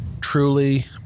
truly